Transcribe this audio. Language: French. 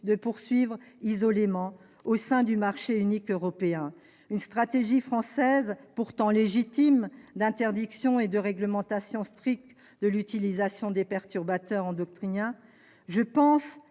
de poursuivre isolément, au sein du marché unique européen, une stratégie française, pourtant légitime, d'interdiction et de réglementation stricte de l'utilisation des perturbateurs endocriniens. Je pense